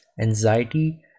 anxiety